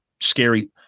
scary